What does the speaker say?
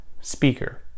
speaker